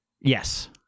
Yes